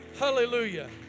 Hallelujah